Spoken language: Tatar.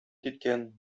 киткән